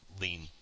lean